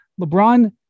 LeBron